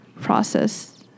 process